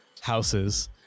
houses